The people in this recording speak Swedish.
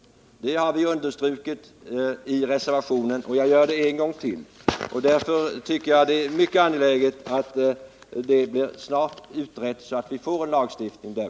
Det har vi understrukit i reservationen, och jag gör det en gång till. Därför tycker jag det är mycket angeläget att saken snart blir utredd, så att vi får en lagstiftning här.